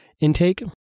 intake